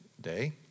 day